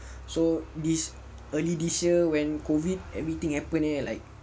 so this early this year when COVID everything happen eh like